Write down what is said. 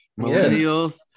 millennials